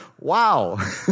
wow